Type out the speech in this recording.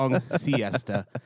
siesta